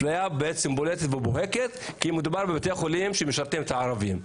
אפליה בולטת ובוהקת כי מדובר בבתי חולים שמשרתים את הערבים.